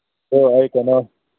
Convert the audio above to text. ꯍꯣꯏ ꯍꯣꯏ ꯀꯩꯅꯣ